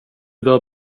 bör